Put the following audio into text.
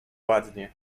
ładnie